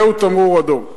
זהו תמרור אדום.